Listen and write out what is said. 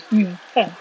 mm tu ah